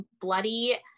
bloody